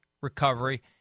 recovery